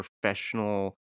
professional